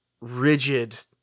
rigid